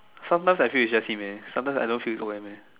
sometimes I feel it's just him eh sometimes I don't feel it's O_M eh